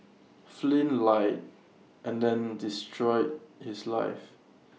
Flynn lied and they destroyed his life